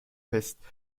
fest